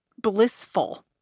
blissful